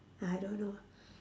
I don't know